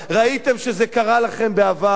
ראיתם שזה קרה לכם בעבר,